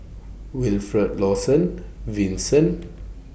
Wilfed Lawson Vincent